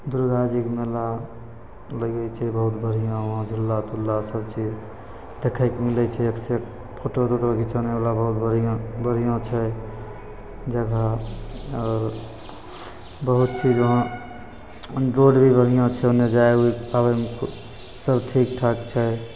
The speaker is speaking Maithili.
दुरगाजीके मेला लगै छै बहुत बढ़िआँ वहाँ झूला तुला सबचीज देखैके मिलै छै एकसे एक फोटो तोटो घिचौनेवला बहुत बढ़िआँ बढ़िआँ छै जगह आओर बहुत चीज वहाँ रोड भी बढ़िआँ छै ओन्ने जाइ आबैमे सब ठीकठाक छै